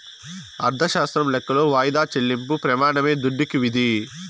అర్ధశాస్త్రం లెక్కలో వాయిదా చెల్లింపు ప్రెమానమే దుడ్డుకి విధి